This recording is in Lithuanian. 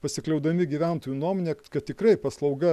pasikliaudami gyventojų nuomone kad tikrai paslauga